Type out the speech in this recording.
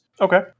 okay